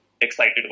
excited